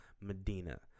Medina